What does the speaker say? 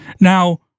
Now